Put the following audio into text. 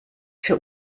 für